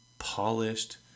polished